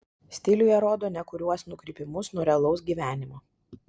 stiliuje rodo nekuriuos nukrypimus nuo realaus gyvenimo